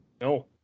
No